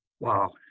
Wow